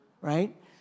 right